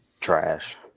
Trash